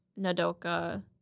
Nadoka